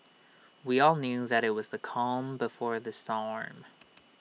we all knew that IT was the calm before the storm